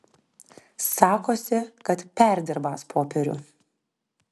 sakosi kad perdirbąs popierių